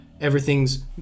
everything's